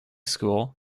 school